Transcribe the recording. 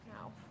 no